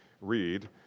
read